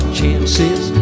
chances